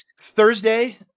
Thursday